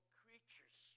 creatures